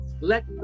Let